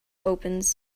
opens